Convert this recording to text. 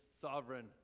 sovereign